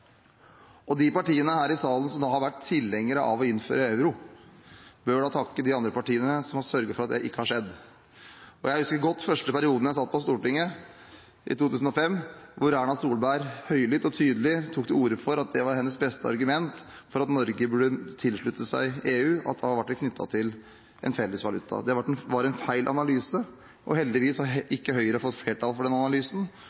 De partiene her i salen som har vært tilhengere av å innføre euro, bør da takke de andre partiene som har sørget for at det ikke har skjedd. Jeg husker godt første perioden jeg satt på Stortinget, i 2005, hvor Erna Solberg høylytt og tydelig tok til orde for at hennes beste argument for at Norge burde tilslutte seg EU, var at vi da ble knyttet til en felles valuta. Det var en feil analyse. Heldigvis har ikke Høyre fått flertall for den analysen.